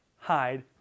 Hide